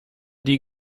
die